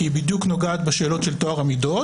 כי היא בדיוק נוגעת בשאלות של טוהר המידות